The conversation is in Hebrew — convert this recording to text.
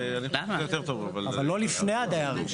אני חושב שזה יותר טוב אבל --- אבל לא לפני הדייר הראשון.